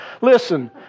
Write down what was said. Listen